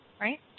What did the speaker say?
right